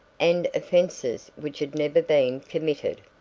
and offences which had never been committed.